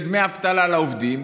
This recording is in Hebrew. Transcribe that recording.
כדמי אבטלה לעובדים,